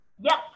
yes